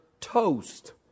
Toast